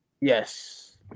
Yes